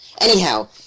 Anyhow